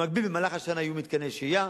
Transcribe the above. במקביל, במהלך השנה יהיו מתקני שהייה,